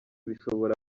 bishobora